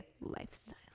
lifestyle